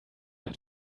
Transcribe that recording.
hat